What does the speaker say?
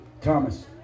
Thomas